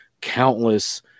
countless